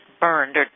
burned